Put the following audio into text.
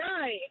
Right